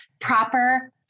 proper